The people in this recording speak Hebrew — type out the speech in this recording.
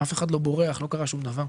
אף אחד לא בורח, לא קרה שום דבר.